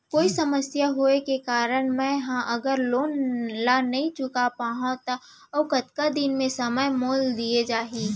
कोई समस्या होये के कारण मैं हा अगर लोन ला नही चुका पाहव त अऊ कतका दिन में समय मोल दीये जाही?